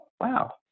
wow